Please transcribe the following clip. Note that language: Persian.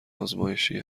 ازمایشی